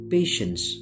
Patience